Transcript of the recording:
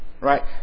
right